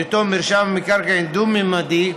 בהיות מרשם המקרקעין דו-ממדי,